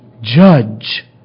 judge